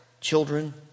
children